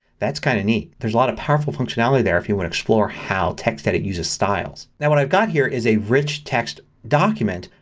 that's kine of neat. there's a lot of powerful functionality there if you want to explore how textedit uses styles. now what i've got here is a rich text document.